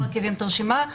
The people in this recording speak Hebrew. מרכיבים את הרשימה,